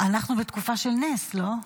אנחנו בתקופה של נס, לא?